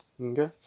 okay